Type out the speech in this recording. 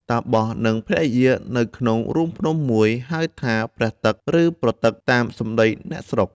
តាបសនិងភរិយានៅក្នុងរូងភ្នំមួយ ហៅថា ព្រះទឹក ឬ ប្រទឹក តាមសំដីអ្នកស្រុក ។